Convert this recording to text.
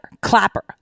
Clapper